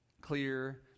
Clear